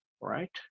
right